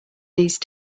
these